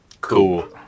Cool